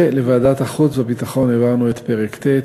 ולוועדת החוץ והביטחון העברנו את פרק ט',